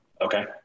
Okay